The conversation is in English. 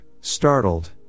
startled